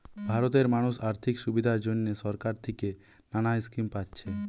ভারতের মানুষ আর্থিক সুবিধার জন্যে সরকার থিকে নানা স্কিম পাচ্ছে